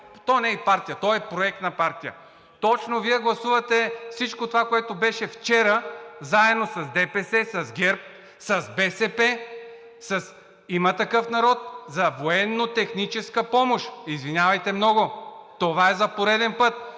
То не е и партия, то е проект на партия. Точно Вие гласувате всички това, което беше вчера, заедно с ДПС, с ГЕРБ, с БСП, с „Има такъв народ“ за военнотехническа помощ. Извинявайте много, това е за пореден път!